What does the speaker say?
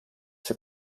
see